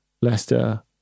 Leicester